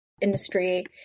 industry